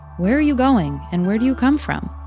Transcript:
where are you going and where do you come from?